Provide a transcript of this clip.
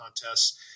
contests